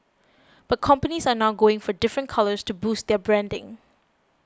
but companies are now going for different colours to boost their branding